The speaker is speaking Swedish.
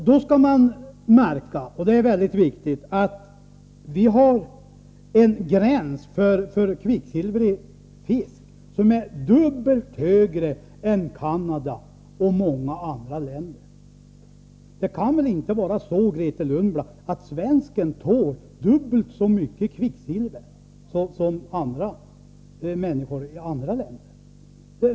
Då är att märka — och det är mycket viktigt — att vi har en gräns för kvicksilver i fisk som ligger dubbelt så högt som i Canada och många andra länder. Det kan väl inte vara så, Grethe Lundblad, att svensken tål dubbelt så mycket kvicksilver som människor i andra länder?